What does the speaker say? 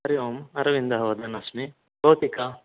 हरि ओम् अरविन्दः वदन् अस्मि भवती का